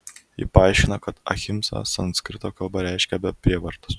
ji paaiškina kad ahimsa sanskrito kalba reiškia be prievartos